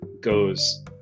goes